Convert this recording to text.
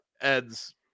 Ed's